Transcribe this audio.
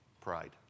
pride